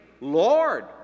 Lord